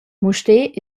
mustér